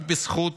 רק בזכות